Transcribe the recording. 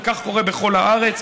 וכך קורה בכל הארץ